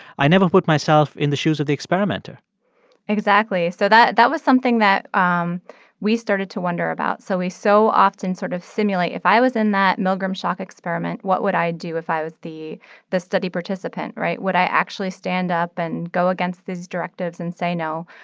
i never put myself in the shoes of the experimenter exactly. so that that was something that um we started to wonder about. so we so often sort of simulate if i was in that milgram shock experiment, what would i do if i was the the study participant, right? would i actually stand up and go against these directives and say no?